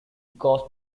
coast